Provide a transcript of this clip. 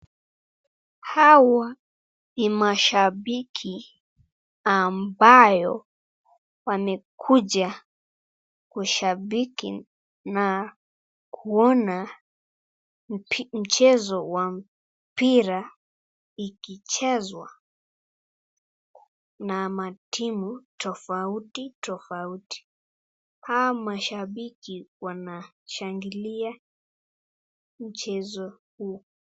Hawa ni mashabiki ambayo wamekuja kushabiki na kuona mchezo wa mpira ikichezwa na matimu tofauti tofauti. Hao mashabiki wanashangilia mchezo huu.